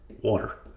water